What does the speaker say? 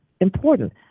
important